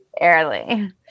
early